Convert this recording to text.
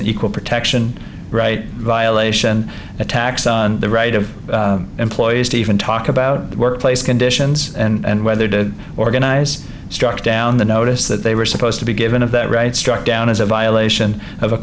an equal protection right violation attacks on the right of employees to even talk about workplace conditions and whether to organize struck down the notice that they were supposed to be given of that right struck down as a violation of a